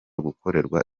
gukorerwa